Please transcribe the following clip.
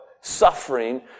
suffering